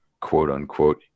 quote-unquote